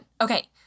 Okay